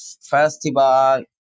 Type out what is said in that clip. festival